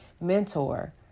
mentor